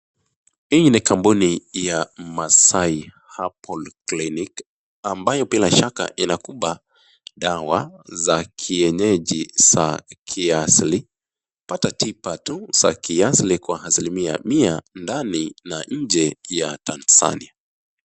Hii ni kampuni ya Masai Herbal Clinic ambayo bila shaka inakupa dawa za kienyeji za kiasili. Pata tiba tu za kiasili kwa asilimia mia ndani na nje ya Tanzania.